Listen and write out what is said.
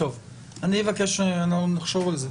אנחנו נחשוב על זה.